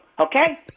okay